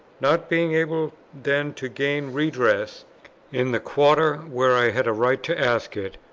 not being able then to gain redress in the quarter, where i had a right to ask it,